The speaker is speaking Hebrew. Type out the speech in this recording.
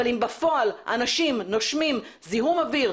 אבל אם בפועל אנשים נושמים זיהום אוויר,